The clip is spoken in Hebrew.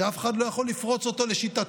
שאף אחד לא יכול לפרוץ, לשיטתם,